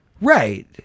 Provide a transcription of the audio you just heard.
Right